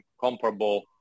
comparable